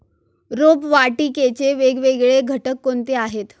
रोपवाटिकेचे वेगवेगळे घटक कोणते आहेत?